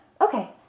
Okay